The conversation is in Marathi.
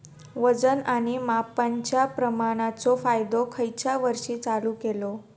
वजन आणि मापांच्या प्रमाणाचो कायदो खयच्या वर्षी चालू केलो?